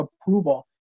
approval